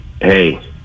hey